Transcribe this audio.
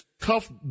tough